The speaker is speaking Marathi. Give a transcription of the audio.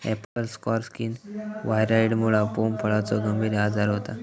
ॲपल स्कार स्किन व्हायरॉइडमुळा पोम फळाचो गंभीर आजार होता